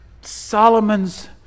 Solomon's